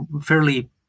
fairly